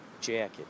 jacket